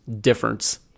difference